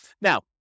Now